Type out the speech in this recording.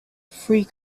free